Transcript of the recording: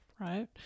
right